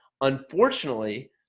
unfortunately